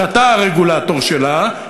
שאתה הרגולטור שלה,